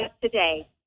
today